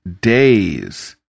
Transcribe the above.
days